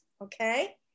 Okay